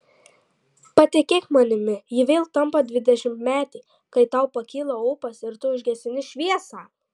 patikėk manimi ji vėl tampa dvidešimtmetė kai tau pakyla ūpas ir tu užgesini šviesą